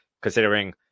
considering